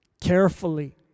carefully